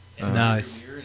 Nice